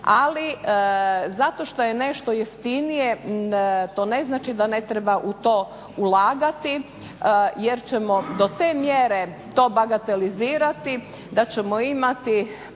ali zato što je nešto jeftinije, to ne znači da ne treba u to ulagati jer ćemo do te mjere to bagatelizirati da ćemo imati